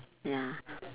ya